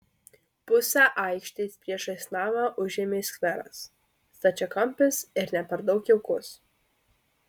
pusę aikštės priešais namą užėmė skveras stačiakampis ir ne per daug jaukus